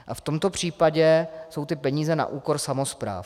A v tomto případě jsou ty peníze na úkor samospráv.